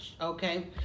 okay